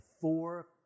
four